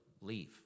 Leave